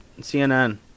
CNN